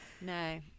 No